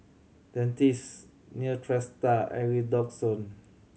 Dentiste Neostrata and Redoxon